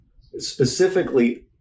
specifically